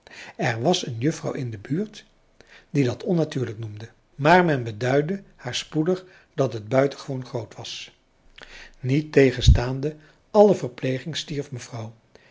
er was een juffrouw in de buurt die dat onnatuurlijk noemde maar men beduidde haar spoedig dat het buitengewoon groot was niettegenstaande alle verpleging stierf mevrouw